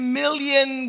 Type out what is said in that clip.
million